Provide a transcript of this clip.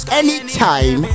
anytime